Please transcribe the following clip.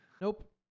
Nope